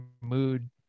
mood